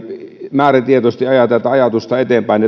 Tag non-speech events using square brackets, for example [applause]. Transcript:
määrätietoisesti ajaa tätä ajatusta eteenpäin [unintelligible]